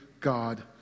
God